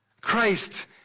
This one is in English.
Christ